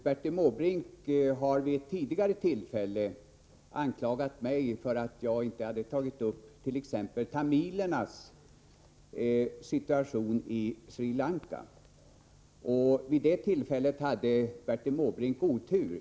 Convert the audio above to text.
Bertil Måbrink har vid ett tidigare tillfälle anklagat mig för att jag inte har tagit upp t.ex. tamilernas situation i Sri Lanka. Vid det tillfället hade Bertil Måbrink otur.